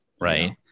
Right